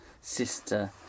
sister